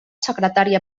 secretària